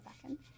second